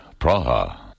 Praha